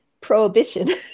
prohibition